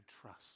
trust